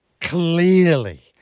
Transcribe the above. Clearly